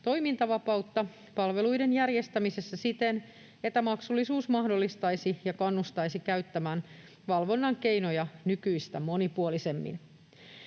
toimintavapautta palveluiden järjestämisessä siten, että maksullisuus mahdollistaisi ja kannustaisi käyttämään valvonnan keinoja nykyistä monipuolisemmin.